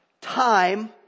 Time